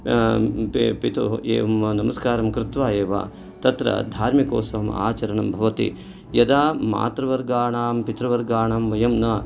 पितुः ये नमस्कारं कृत्वा एव तत्र धार्मिकोत्सवम् आचरणं भवति यदा मातृवर्गाणां पितृवर्गाणां वयं न